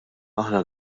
aħna